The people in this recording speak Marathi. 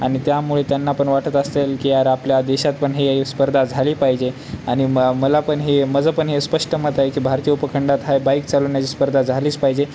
आणि त्यामुळे त्यांना पण वाटत असेल की यार आपल्या देशात पण ही स्पर्धा झाली पाहिजे आणि म मला पण हे माझं पण हे स्पष्ट मत आहे की भारतीय उपखंडात ह्या बाईक चालण्याची स्पर्धा झालीच पाहिजे